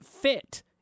fit